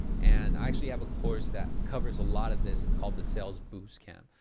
and i actually have a course that covers a lot of this, it's called the sales boost camp.